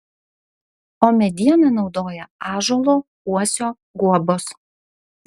o medieną naudoja ąžuolo uosio guobos